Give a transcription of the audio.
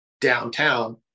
downtown